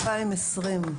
איך זה שיש רק על 2020?